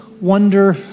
wonder